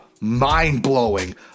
mind-blowing